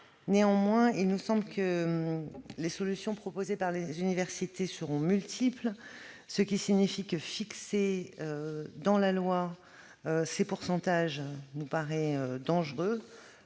Néanmoins, il nous semble que les solutions proposées par les universités seront multiples. Fixer dans la loi des pourcentages nous paraît donc dangereux.